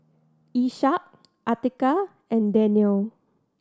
Ishak Atiqah and Daniel